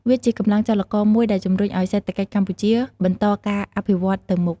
វាជាកម្លាំងចលករមួយដែលជំរុញឱ្យសេដ្ឋកិច្ចកម្ពុជាបន្តការអភិវឌ្ឍទៅមុខ។